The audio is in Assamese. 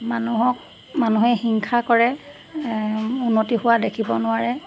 মানুহক মানুহে হিংসা কৰে উন্নতি হোৱা দেখিব নোৱাৰে